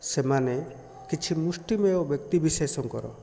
ସେମାନେ କିଛି ମୁଷ୍ଟିମେୟ ବ୍ୟକ୍ତି ବିଶେଷଙ୍କର